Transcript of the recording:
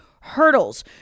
hurdles